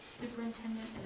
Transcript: superintendent